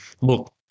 Look